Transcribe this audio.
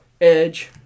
Edge